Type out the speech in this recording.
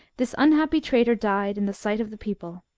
this unhappy traitor died in the sight of the people.